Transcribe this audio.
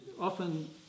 often